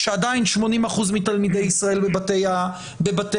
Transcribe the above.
כשעדיין 80% מתלמידי ישראל בבתי